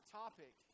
topic